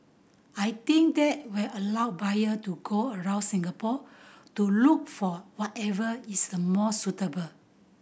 I think that will allow buyer to go around Singapore to look for whatever is the more suitable